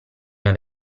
una